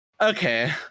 okay